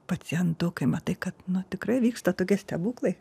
pacientu kai matai kad tikrai vyksta tokie stebuklai